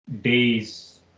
days